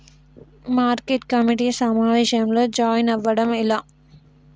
Market committee సమావేశంలో join అవ్వడం ఎలా?